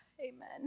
Amen